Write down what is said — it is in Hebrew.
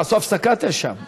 תעשו הפסקה שם.